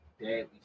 deadly